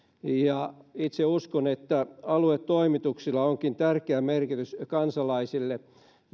itse uskon että aluetoimituksilla onkin tärkeä merkitys kansalaisille